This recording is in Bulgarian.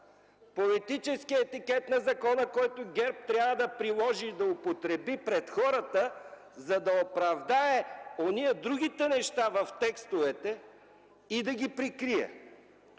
Политически етикет на закона, който ГЕРБ трябва да приложи и да употреби пред хората, за да оправдае онези другите неща в текстовете и да ги прикрие.